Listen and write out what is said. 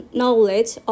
knowledge